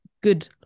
good